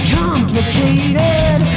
complicated